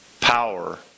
power